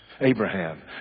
Abraham